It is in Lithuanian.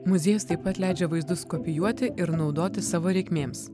muziejus taip pat leidžia vaizdus kopijuoti ir naudoti savo reikmėms